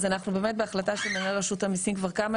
אז אנחנו באמת בהחלטה של מנהל רשות המיסים כבר כמה